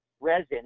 resin